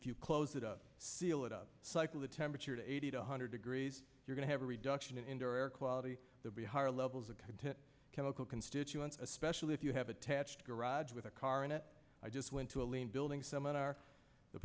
you close it up seal it up cycle the temperature to eighty to one hundred degrees you're going to have a reduction in indoor air quality to be higher levels of chemical constituents especially if you have attached garage with a car in a i just went to a lean building seminar the